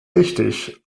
wichtig